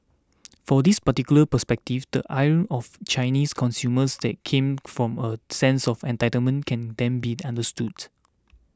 from this particular perspective the ire of Chinese consumers that came from a sense of entitlement can then be understood